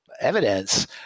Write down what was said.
evidence